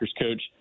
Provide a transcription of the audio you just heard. coach